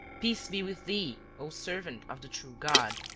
peace be with thee, o servant of the true god!